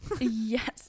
Yes